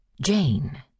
Jane